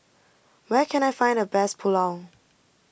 where can I find the best Pulao